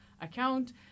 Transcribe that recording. account